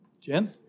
jen